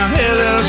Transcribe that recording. hello